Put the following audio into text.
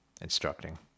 instructing